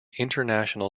international